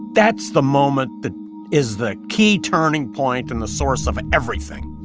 that's the moment that is the key turning point and the source of everything.